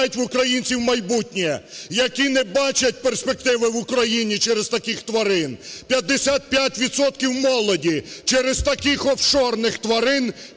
не бачать перспективи в Україні через таких тварин, 55 відсотків молоді через таких офшорних тварин